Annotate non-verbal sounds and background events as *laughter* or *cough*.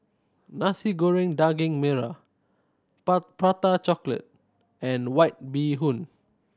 Nasi Goreng Daging Merah *unintelligible* Prata Chocolate and White Bee Hoon